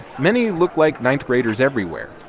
many look like ninth-graders everywhere,